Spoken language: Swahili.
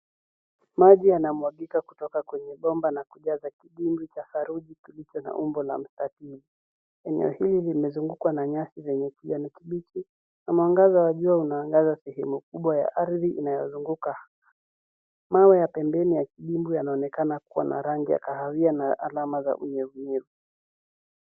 Maji yanamwangika kwenye pomba na kujaza kidimbwi ya saruji kilicho na umbo wa mistari nne. Eneo hili imezungukwa na nyazi zenye kijani kibichi na mwangaza wa jua unaangaza sehemu kubwa ya aradhi inayozunguka. mawe ya pembeni ya kidimbwi anaonekana kuwa na rangi ya kahawia na alama za unyevunyevu.